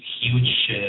huge